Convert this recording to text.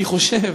אני חושב